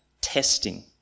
testing